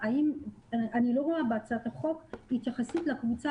אני לא רואה בהצעת החוק התייחסות לקבוצה